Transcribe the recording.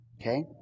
Okay